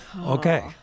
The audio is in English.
Okay